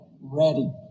ready